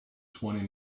twenty